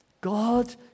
God